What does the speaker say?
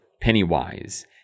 Pennywise